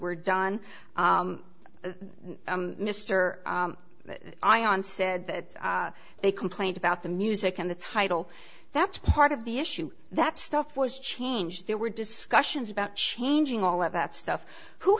we're done mr ion said that they complained about the music and the title that's part of the issue that stuff was changed there were discussions about changing all of that stuff who